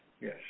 yes